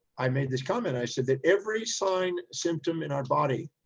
i made this comment. i said that every sign, symptom in our body,